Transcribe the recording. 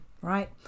Right